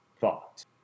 thought